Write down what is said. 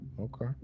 Okay